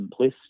simplistic